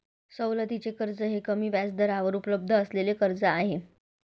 सवलतीचे कर्ज हे कमी व्याजदरावर उपलब्ध असलेले कर्ज आहे